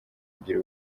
kugira